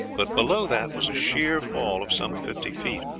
but below that was a sheer fall of some fifty feet.